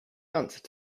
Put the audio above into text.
answer